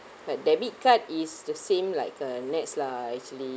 like debit card is the same like uh NETS lah actually